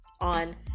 on